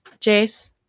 Jace